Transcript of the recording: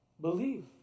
believe